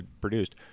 produced